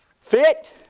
Fit